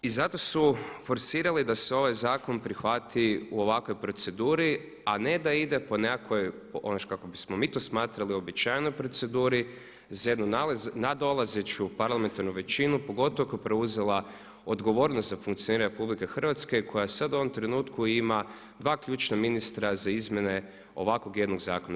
I zato su forsirali da se ovaj zakon prihvati u ovakvoj proceduri, a ne da ide po nekakvoj, ono kako bismo mi to smatrali uobičajenoj proceduri za jednu nadolazeću parlamentarnu većinu pogotovo koja je preuzela odgovornost za funkcioniranje Republike Hrvatske i koja sad u ovom trenutku ima dva ključna ministra za izmjene ovakvog jednog zakona.